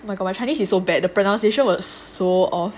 oh my god my chinese is so bad the pronunciation was so off